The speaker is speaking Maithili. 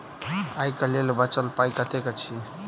आइ केँ लेल बचल पाय कतेक अछि?